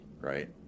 right